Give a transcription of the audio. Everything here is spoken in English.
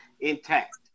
intact